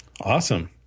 Awesome